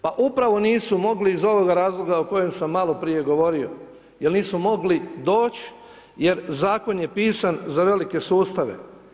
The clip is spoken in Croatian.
Pa upravo nisu mogli iz ovoga razloga o kojem sam malo prije govorio, jer nisu mogli doći jer zakon je pisan za velike sustave.